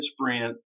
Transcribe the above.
sprint